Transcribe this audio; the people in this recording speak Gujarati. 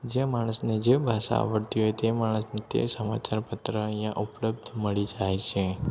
જે માણસને જે ભાષા આવડતી હોય તે માણસને તે સમાચાર પત્ર અહીંયા ઉપલબ્ધ મળી જાય છે